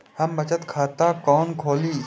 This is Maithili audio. हम बचत खाता कोन खोली?